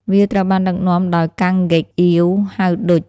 វាត្រូវបានដឹកនាំដោយ កាំង ហ្គេកអៀវ ហៅ ឌុច។